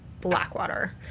Blackwater